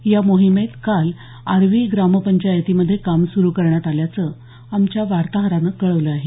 या मोहिमेत काल आर्वी ग्रामपंचायतीमध्ये काम सुरू करण्यात आल्याचं आमच्या वार्ताहरानं कळवलं आहे